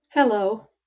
Hello